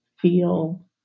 feel